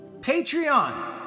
Patreon